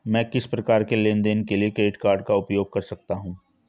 मैं किस प्रकार के लेनदेन के लिए क्रेडिट कार्ड का उपयोग कर सकता हूं?